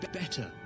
better